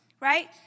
right